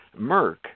Merck